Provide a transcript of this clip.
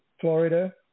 Florida